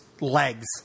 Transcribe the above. legs